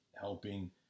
helping